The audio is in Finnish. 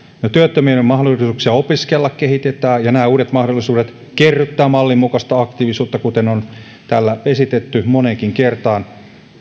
työttömien mahdollisuuksia opiskella kehitetään ja nämä uudet mahdollisuudet kerryttävät mallin mukaista aktiivisuutta kuten on täällä esitetty moneenkin kertaan